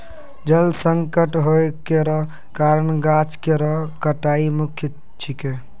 जल संकट होय केरो कारण गाछ केरो कटाई मुख्य छिकै